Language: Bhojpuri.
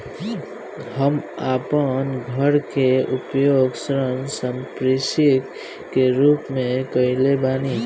हम आपन घर के उपयोग ऋण संपार्श्विक के रूप में कइले बानी